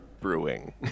brewing